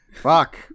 Fuck